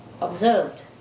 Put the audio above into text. observed